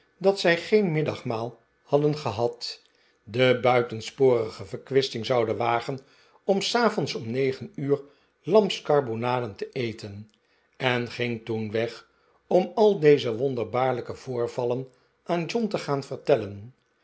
dat zij geen middagmaal hadden gehad de buitensporige verkwisting zouden wagen om s avonds om negen uur lamskarbonaden te eten en ging toen weg om al deze wonderbaarlijke voorvallen aan john te gaan vertellen